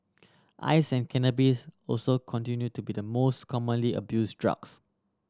ice and cannabis also continue to be the most commonly abused drugs